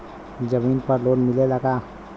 जमीन पर लोन मिलेला का?